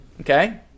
Okay